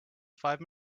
five